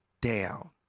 down